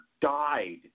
died